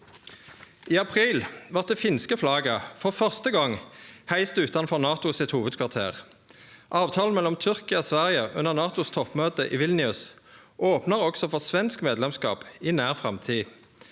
I april vart det finske flagget for første gong heist utanfor NATOs hovudkvarter. Avtalen mellom Tyrkia og Sverige under NATOs toppmøte i Vilnius opnar også for svensk medlemskap i nær framtid.